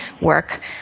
work